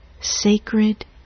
sacred